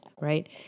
right